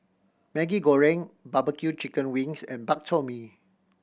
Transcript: Maggi Goreng barbecue chicken wings and Bak Chor Mee